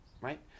right